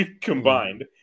combined